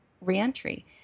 reentry